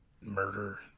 murder